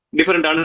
Different